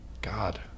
God